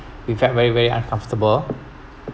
in fact very very uncomfortable